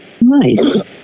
Nice